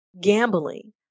gambling